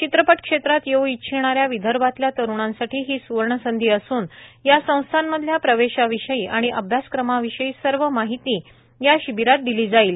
चित्रपट क्षेत्रात येऊ इच्छिणाऱ्या विदर्भातल्या तरुणांसाठी ही सुवर्ण संधी असून या संस्थांमधल्या प्रवेशाविषयी आणि अभ्यासक्रमाविषयी सर्व माहिती या शिबिरात दिली जाईल